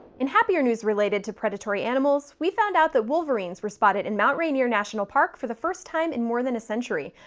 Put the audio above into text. in happier news related to predatory animals, we found out that wolverines were spotted in mount rainier national park for the first time in more than a century,